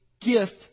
gift